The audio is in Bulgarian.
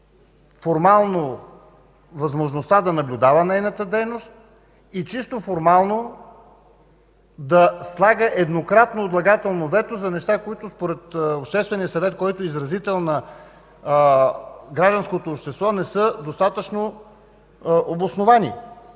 формално възможността да наблюдава нейната дейност и чисто формално да слага еднократно отлагателно вето за неща, които според Обществения съвет, който е изразител на гражданското общество, не са достатъчно обосновани.